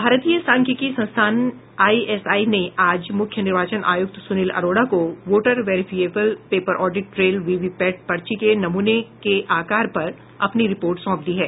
भारतीय सांख्यिकी संस्थान आईएसआई ने आज मुख्य निर्वाचन आयुक्त सुनील अरोड़ा को voter verifiable paper audit trail VVPAT पर्ची के नमूने के आकार पर अपनी रिपोर्ट सौंप दी है